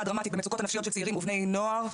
דרמטית במצוקות הנפשיות של צעירים ובני נוער,